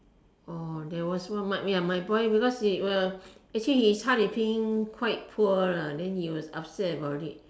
oh there was one my ya my boy because he well his 汉语拼音 quite poor lah then he was upset about it